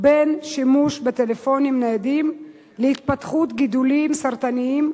בין שימוש בטלפונים ניידים להתפתחות גידולים סרטניים